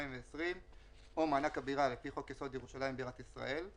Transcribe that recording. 2020 או מענק הבירה לפי חוק-יסוד: ירושלים בירת ישראל‏